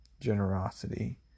generosity